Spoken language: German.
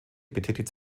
betätigt